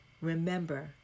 Remember